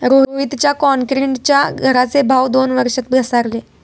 रोहितच्या क्रॉन्क्रीटच्या घराचे भाव दोन वर्षात घसारले